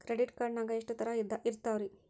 Credit card ನಾಗ ಎಷ್ಟು ತರಹ ಇರ್ತಾವ್ರಿ?